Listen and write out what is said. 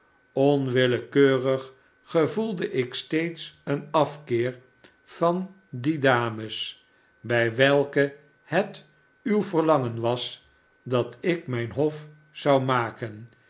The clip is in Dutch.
gevoelde ik steeds een afkeer van die dames bij welke het uw verlangen was dat ik mijn hof zou maken